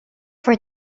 for